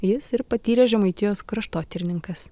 jis ir patyręs žemaitijos kraštotyrininkas